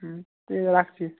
হুম ঠিক আছে রাখছি